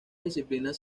disciplinas